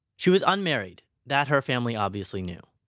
she was unmarried, that her family obviously knew,